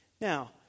Now